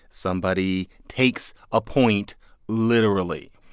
somebody takes a point literally.